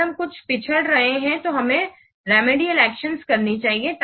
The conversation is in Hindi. अगर हम कुछ पिछड़ रहे हैं तो हमें रेमेडियल एक्शन्स करनी चाहिए